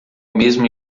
mesmo